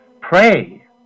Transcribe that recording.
Pray